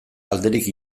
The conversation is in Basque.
alderik